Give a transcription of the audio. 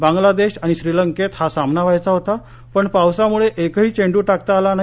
बांगला देश आणि श्रीलंकेत हा सामना व्हायचा होता पण पावसामुळे एकही चेंडू टाकता आला नाही